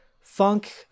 Funk